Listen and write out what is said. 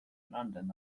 london